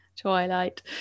Twilight